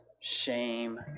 shame